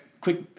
quick